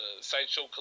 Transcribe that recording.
sideshow